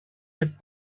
had